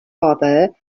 other